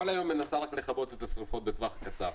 כל היום היום מנסה רק לכבות את השריפות בטווח הקצר.